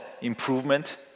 improvement